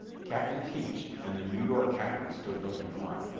captain teach and the new york captain stood looking on.